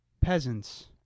peasants